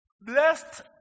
Blessed